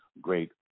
great